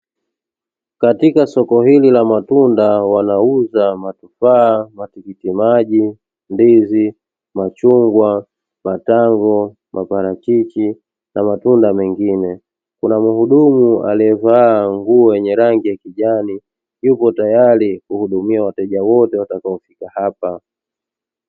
Katika soko hili la matunda wanauza matufaa, matikiti maji, machungwa, ndizi, matango, maparachichi na matunda mengine, kuna muhudumu aliyevaa nguo yenye rangi ya kijani, yupo tayari kuhudumia wateja wote watakao fika hapa.